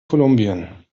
kolumbien